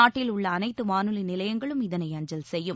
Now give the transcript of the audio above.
நாட்டில் உள்ள அனைத்து வானொலி நிலையங்களும் இதனை அஞ்சல் செய்யும்